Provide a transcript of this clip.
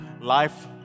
life